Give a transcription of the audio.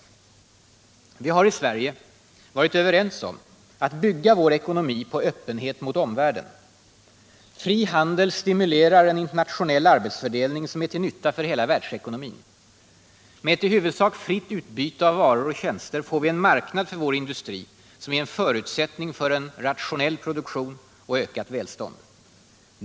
Vi har i Sverige varit ense om att bygga vår ekonomi på öppenhet mot omvärlden. Fri handel stimulerar en internationell arbetsfördelning som är till nytta för hela världsekonomin. Med ett i huvudsak fritt utbyte av varor och tjänster får vi en marknad för vår industri som är en förutsättning för rationell produktion och ökat välstånd.